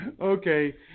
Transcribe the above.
okay